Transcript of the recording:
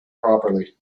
properly